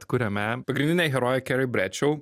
kuriame pagrindinė herojė keri bredšou